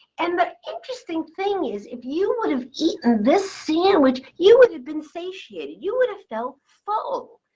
and the interesting thing is if you would have eaten this sandwich, you would have been satiated. you would have felt full.